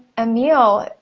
amil,